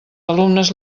alumnes